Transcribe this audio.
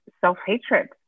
self-hatred